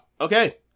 Okay